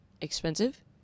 expensive